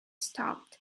stopped